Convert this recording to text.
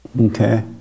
Okay